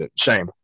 shame